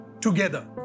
together